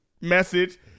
message